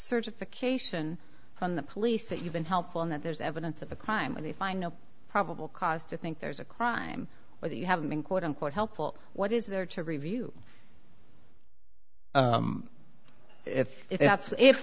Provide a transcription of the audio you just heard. certification from the police that you've been helpful in that there's evidence of a crime when they find no probable cause to think there's a crime or you haven't been quote unquote helpful what is there to review if it's if that's i